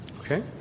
Okay